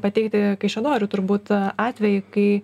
pateikti kaišiadorių turbūt atvejį kai